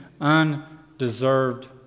undeserved